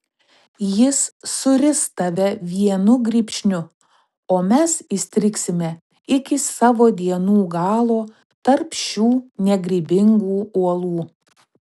jis suris tave vienu grybšniu o mes įstrigsime iki savo dienų galo tarp šitų negrybingų uolų